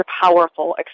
powerful